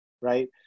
right